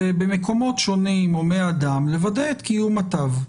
במקומות שונים הומי אדם לוודא את קיום התו.